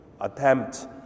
attempt